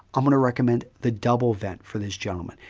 i'm going to recommend the double vent for this gentleman.